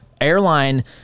airline